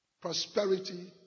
prosperity